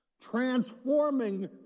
transforming